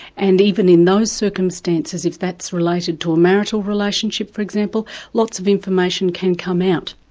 and even in those circumstances if that's related to a marital relationship, for example, lots of information can come out.